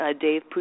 Dave